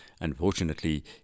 Unfortunately